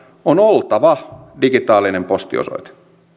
on oltava digitaalinen postiosoite